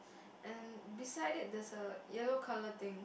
and beside it there's a yellow colour thing